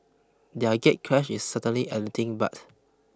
their gatecrash is certainly anything but